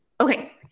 Okay